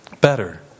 better